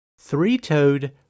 three-toed